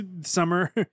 summer